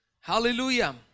Hallelujah